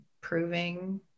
proving